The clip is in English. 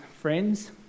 friends